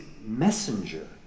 messenger